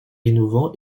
innovant